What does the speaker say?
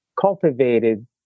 cultivated